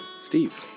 Steve